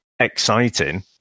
exciting